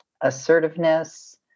assertiveness